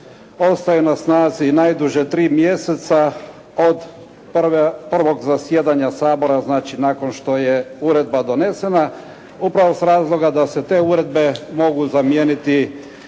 ostaju na snazi najduže tri mjeseca od prvog zasjedanja Sabora, znači nakon što je uredba donesena upravo s razloga da se te uredbe mogu zamijeniti